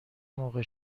موقع